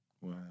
Wow